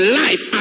life